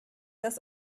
das